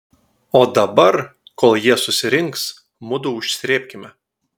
o dabar kol jie susirinks mudu užsrėbkime